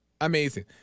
Amazing